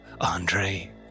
Andre